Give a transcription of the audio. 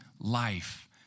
life